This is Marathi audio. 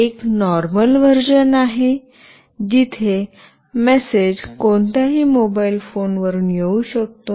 एक नॉर्मल व्हर्जन आहे जिथे मेसेज कोणत्याही मोबाइल फोनवरून येऊ शकतो